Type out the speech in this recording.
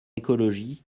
écologie